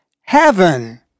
heaven